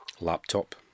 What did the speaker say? laptop